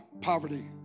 poverty